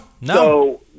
no